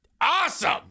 Awesome